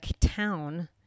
town